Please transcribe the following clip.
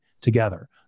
together